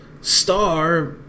star